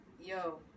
Yo